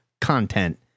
content